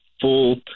full